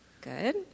Good